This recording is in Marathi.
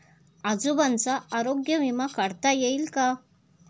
आजोबांचा आरोग्य विमा काढता येईल का?